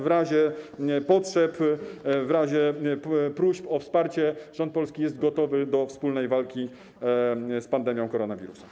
W razie potrzeb, w razie próśb o wsparcie rząd polski jest gotowy do wspólnej walki z pandemią koronawirusa.